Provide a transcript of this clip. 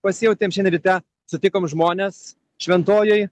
pasijautėme šiandien ryte sutikom žmones šventojoj